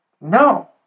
No